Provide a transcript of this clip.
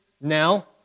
now